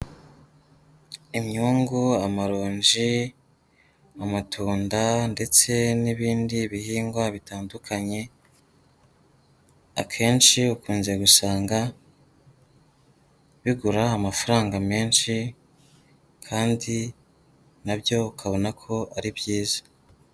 Imyungu, amaronji, amatunda ndetse n'ibindi bihingwa bitandukanye, akenshi ukunze gusanga bigura amafaranga menshi kandi na byo ukabona ko ari byiza.